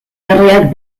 herriak